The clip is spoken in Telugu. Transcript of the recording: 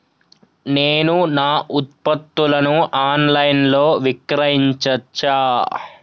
నేను నా ఉత్పత్తులను ఆన్ లైన్ లో విక్రయించచ్చా?